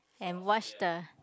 and watch the